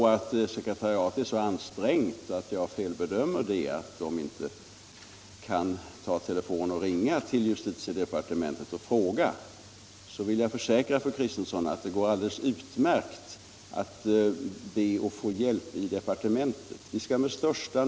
Skulle sekretariatet vara så ansträngt att jag felbedömer dess möjlighet att ringa till jus titiedepartementet och fråga, vill jag försäkra fru Kristensson att det går alldeles utmärkt att få hjälp i departementet.